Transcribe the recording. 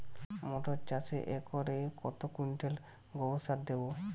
মটর চাষে একরে কত কুইন্টাল গোবরসার দেবো?